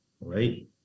Right